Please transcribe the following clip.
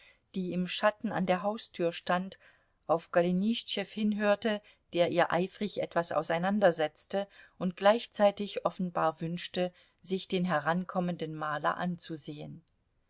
die im schatten an der haustür stand auf golenischtschew hinhörte der ihr eifrig etwas auseinandersetzte und gleichzeitig offenbar wünschte sich den herankommenden maler anzusehen